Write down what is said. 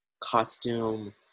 costume